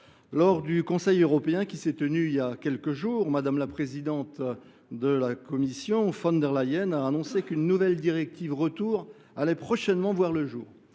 lors du Conseil européen qui s’est tenu il y a quelques jours, la présidente de la Commission, Mme von der Leyen, a annoncé qu’une nouvelle directive Retour allait prochainement voir le jour.